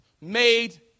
made